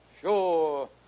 Sure